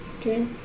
okay